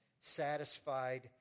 satisfied